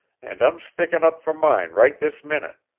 and i'm stickin' up for mine right this minute,